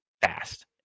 fast